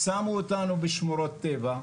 שמו אותנו בשמורות טבע.